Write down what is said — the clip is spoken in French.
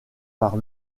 par